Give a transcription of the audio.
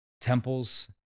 temples